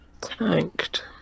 Tanked